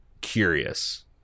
curious